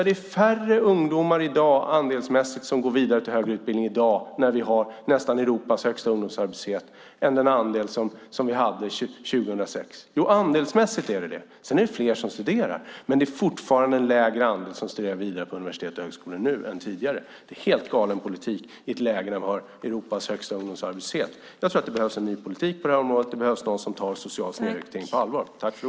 Det är färre ungdomar andelsmässigt som går vidare till högre utbildning i dag när vi har Europas högsta ungdomsarbetslöshet än vad det var 2006. Sedan är det fler som studerar, men det är fortfarande en lägre andel som studerar vidare på universitet och högskolor nu än tidigare. Det är en helt galen politik i ett läge där vi har Europas högsta ungdomsarbetslöshet. Jag tror att det behövs en ny politik på det här området, att det behövs någon som tar den sociala snedrekryteringen på allvar.